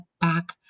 back